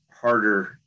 harder